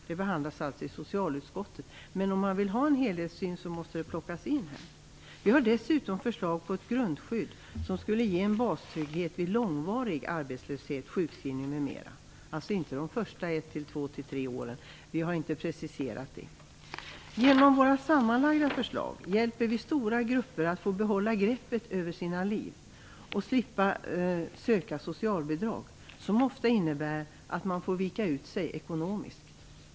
Det behandlas alltså i socialutskottet, men om man vill ha en helhetssyn måste det plockas in här. Vi har dessutom förslag på ett grundskydd som skulle ge en bastrygghet vid långvarig arbetslöshet, sjukskrivning m.m. Det handlar alltså inte om det första 1-3 åren. Vi har inte preciserat det. Genom våra sammanlagda förslag hjälper vi stora grupper att få behålla greppet över sina liv och slippa söka socialbidrag. Det innebär ofta att man får vika ut sig ekonomiskt.